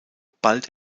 bald